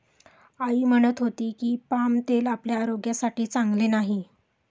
आई म्हणत होती की, पाम तेल आपल्या आरोग्यासाठी चांगले नाही